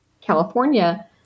California